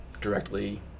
directly